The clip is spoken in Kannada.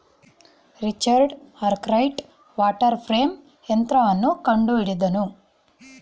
ರಿಚರ್ಡ್ ಅರ್ಕರೈಟ್ ವಾಟರ್ ಫ್ರೇಂ ಯಂತ್ರವನ್ನು ಕಂಡುಹಿಡಿದನು